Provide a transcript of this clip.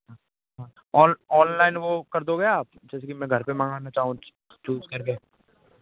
हाँ on online वह कर दोगे आप जैसे कि मैं घर पर मँगाना चाहूँ चूज़ करके